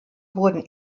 wurden